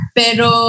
pero